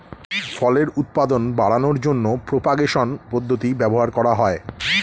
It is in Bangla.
ফলের উৎপাদন বাড়ানোর জন্য প্রোপাগেশন পদ্ধতি ব্যবহার করা হয়